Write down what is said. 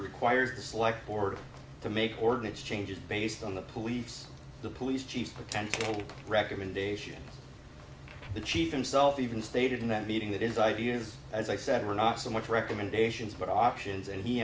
requires the select board to make ordinance changes based on the police the police chiefs potential recommendation the chief himself even stated in that meeting that is ideas as i said were not so much recommendations but options and he